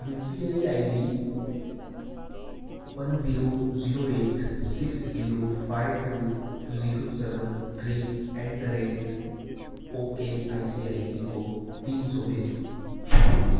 you P I I D one zero zero eight six zero five two zero seven three eight the rate okay I C I C کو تین سو بجھیجو